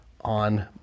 on